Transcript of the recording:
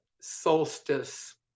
solstice